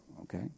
okay